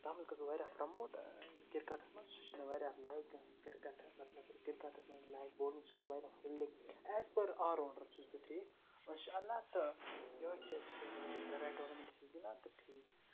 تَتھ مَنٛز گژھٕ بہٕ واریاہ پرٛموٹ کِرکَٹَس مَنٛز سُہ چھُ مےٚ واریاہ لایِک کِرکَٹ مطلب کِرکَٹَس مَنٛز لایک بالِنٛگ چھُس بہٕ واریاہ فیٖلڈِنٛگ ایز پٔر آل راوُنڈَر چھُس بہٕ ٹھیٖک وٕنۍ چھِ اللہ تہٕ یِہہٕے چھِ اَسہِ پرایویٹ ٹورنَمنٹ چھِ أسۍ گِنٛدان تہٕ ٹھیٖک